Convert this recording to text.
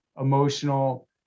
emotional